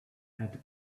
add